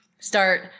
Start